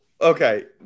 Okay